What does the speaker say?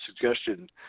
suggestion